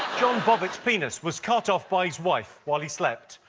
john bobbitt's penis was cut off by his wife while he slept.